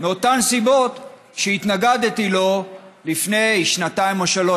מאותן סיבות שהתנגדתי לו לפני שנתיים או שלוש,